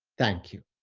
thank you.